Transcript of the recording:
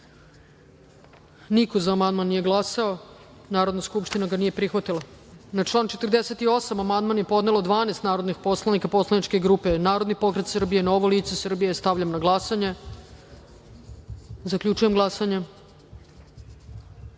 za ovaj amandman. Narodna skupština ga nije prihvatila. Na član 112. amandman je podnelo 12 narodnih poslanika poslaničke grupe Narodni pokret Srbije-Novo lice Srbije. Stavljam na glasanje. Zaključujem glasanje: